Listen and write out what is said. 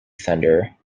thunder